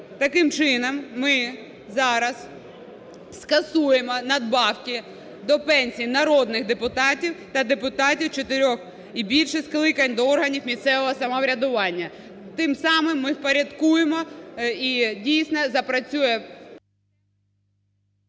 Таким чином, ми зараз скасуємо надбавки до пенсій народних депутатів та депутатів чотирьох і більше скликань до органів місцевого самоврядування. Тим самим ми впорядкуємо, і, дійсно запрацює…